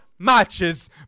Matches